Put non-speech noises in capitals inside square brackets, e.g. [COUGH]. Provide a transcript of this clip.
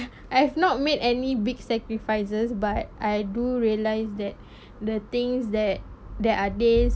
I have not made any big sacrifices but I do realised that [BREATH] the things that there are days